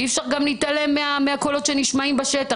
אי-אפשר להתעלם מהקולות שנשמעים בשטח.